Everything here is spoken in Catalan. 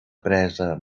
presa